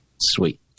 Sweet